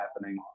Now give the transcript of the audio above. happening